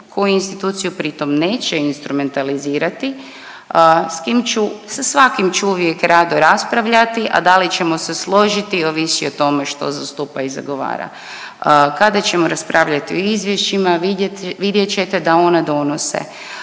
koji instituciju pritom neće instrumentalizirati. S kim ću? Sa svakim ću uvijek rado raspravljati, a da li ćemo se složiti ovisi o tome što zastupa i zagovara. Kada ćemo raspravljati o izvješćima vidjet ćete da ona donose